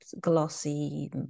glossy